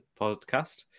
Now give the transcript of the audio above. podcast